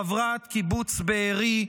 חברת קיבוץ בארי,